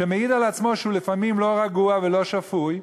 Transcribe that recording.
שמעיד על עצמו שהוא לפעמים לא רגוע ולא שפוי,